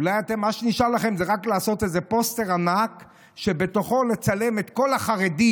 אולי מה שנשאר לכם זה רק לעשות איזה פוסטר ענק שבתוכו לצלם את כל החרדים